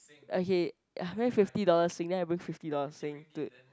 okay how many fifty dollar sing then I bring fifty dollar sing to